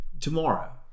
tomorrow